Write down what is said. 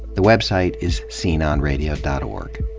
the website is sceneonradio dot org.